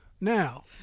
now